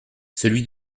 celui